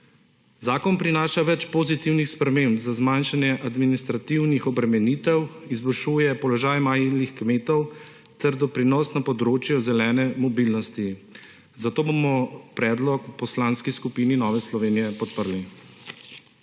Zakon prinaša več pozitivnih sprememb za zmanjšanje administrativnih obremenitev, izboljšuje položaj majhnih kmetov ter doprinos na področju zelene mobilnosti. Zato bomo predlog v Poslanski skupini NSi podprli.